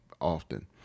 often